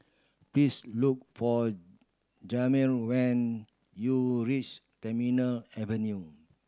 please look for Jamir when you reach Terminal Avenue